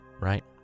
right